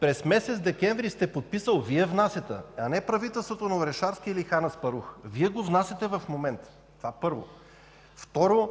през месец декември сте подписали Вие, а не правителството на Орешарски или Хан Аспарух. Вие го внасяте в момента. Това – първо. Второ,